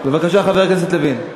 חבר הכנסת לוין,